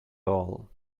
all